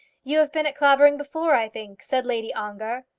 you have been at clavering before, i think? said lady ongar.